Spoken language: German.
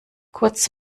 kurz